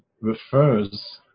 refers